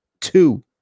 two